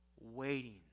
waiting